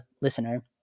listener